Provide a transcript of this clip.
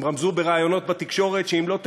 הם רמזו בראיונות בתקשורת שאם היא לא